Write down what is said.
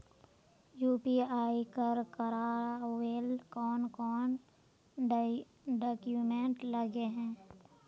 UPI कर करावेल कौन कौन डॉक्यूमेंट लगे है?